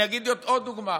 אני אתן עוד דוגמה.